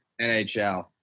NHL